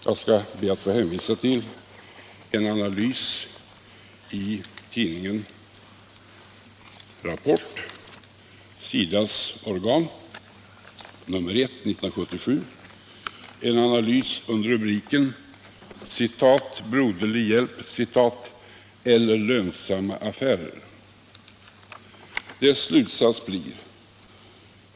Jag skall be att få hänvisa till en analys i tidningen Rapport, SIDA:s organ, nr 1 för 1977. Det är en analys under rubriken ”Broderlig hjälp” eller lönsamma affärer?